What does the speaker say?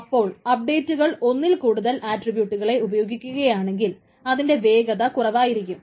അപ്പോൾ അപഡേറ്റുകൾ ഒന്നിൽ കൂടുതൽ ആട്രിബ്യൂട്ട്കളെ ഉപയോഗിക്കുകയാണെങ്കിൽ അതിന്റെ വേഗത കുറവായിരിക്കും